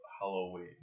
Halloween